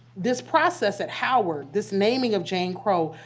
this process at howard, this naming of jane crow,